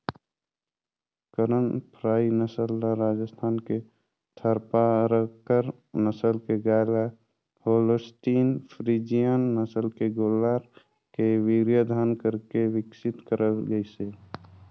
करन फ्राई नसल ल राजस्थान के थारपारकर नसल के गाय ल होल्सटीन फ्रीजियन नसल के गोल्लर के वीर्यधान करके बिकसित करल गईसे